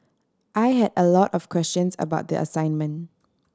I had a lot of questions about the assignment